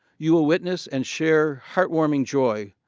you will witness and share heartwarming joy,